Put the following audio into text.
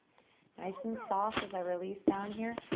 nice and soft as i released down here.